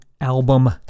album